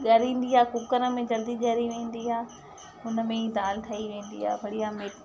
ॻरींदी खे कुकर में जल्दी ॻरी वेंदी आहे उनमें ई दालि ठही वेंदी आहे बढ़िया मि